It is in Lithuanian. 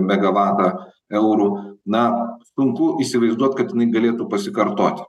megavatą eurų na sunku įsivaizduot kad jinai galėtų pasikartot